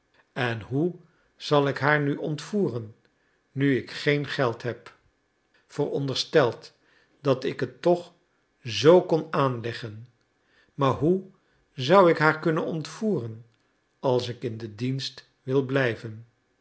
en hoe zal ik haar nu ontvoeren nu ik geen geld heb verondersteld dat ik het toch zoo kon aanleggen maar hoe zou ik haar kunnen ontvoeren als ik in den dienst wil blijven